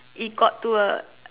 it got to a